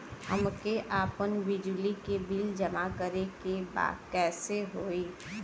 हमके आपन बिजली के बिल जमा करे के बा कैसे होई?